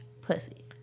pussy